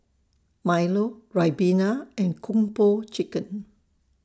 Milo Ribena and Kung Po Chicken